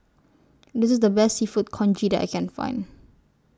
This IS The Best Seafood Congee that I Can Find